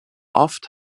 oft